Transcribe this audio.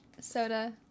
Soda